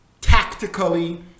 tactically